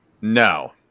No